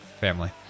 family